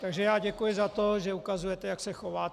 Takže já děkuji za to, že ukazujete, jak se chováte.